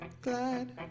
glad